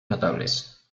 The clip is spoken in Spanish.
notables